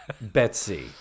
Betsy